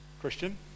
Christian